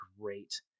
great